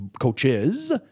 coaches